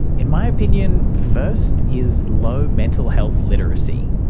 in my opinion, first is low mental health literacy.